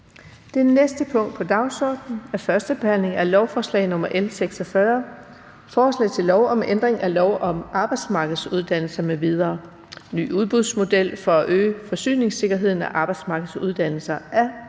Det næste punkt på dagsordenen er: 5) 1. behandling af lovforslag nr. L 46: Forslag til lov om ændring af lov om arbejdsmarkedsuddannelser m.v. (Ny udbudsmodel for at øge forsyningssikkerheden af arbejdsmarkedsuddannelser). Af børne-